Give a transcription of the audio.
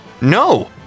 no